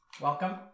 welcome